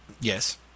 Yes